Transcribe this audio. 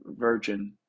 virgin